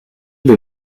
have